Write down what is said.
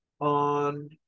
on